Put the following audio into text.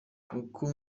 kuko